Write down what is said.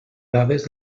dades